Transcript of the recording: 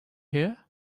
hear